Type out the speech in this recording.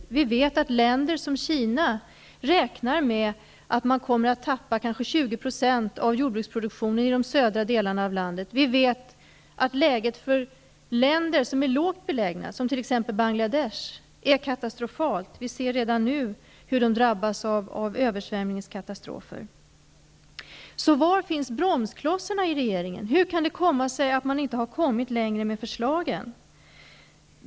Och vi vet att ett land som Kina räknar med att kanske 20 % av jordbruksproduktionen i de södra delarna av landet kommer att gå förlorad. Vidare vet vi att läget för länder som är lågt belägna, t.ex. Bangladesh, är katastrofalt. Redan nu ser vi ju hur områden drabbas av översvämningskatastrofer. Var finns alltså bromsklossarna i regeringen, och hur kan det komma sig att man inte har kommit längre med förslagen?